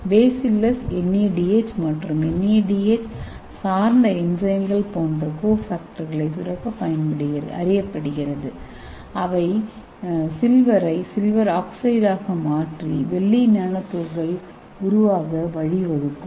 bacillus NADH மற்றும் NADH சார்ந்த என்சைம்கள் போன்ற கோ பாக்டர்களை சுரக்க அறியப்படுகிறது அவை Ag ஐ Ag0 ஆக மாற்றி வெள்ளி நானோ துகள்கள் உருவாக வழிவகுக்கும்